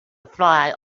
fly